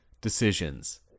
decisions